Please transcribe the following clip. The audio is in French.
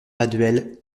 baduel